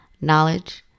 knowledge